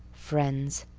friends!